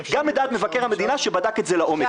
גם לדעת מבקר המדינה שבדק את זה לעומק.